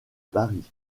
paris